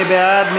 מי בעד?